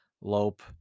lope